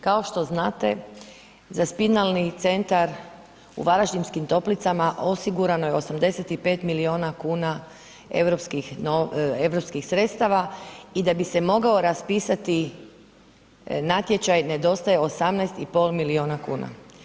Kao što znate, za Spinalni centar u Varaždinskim Toplicama osigurano je 85 milijuna kuna europskih sredstava i da bi se mogao raspisati natječaj nedostaje 18,5 milijuna kuna.